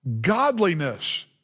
godliness